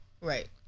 Right